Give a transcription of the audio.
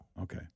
Okay